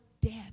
death